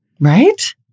right